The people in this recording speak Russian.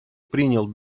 принял